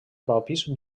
propis